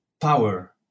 power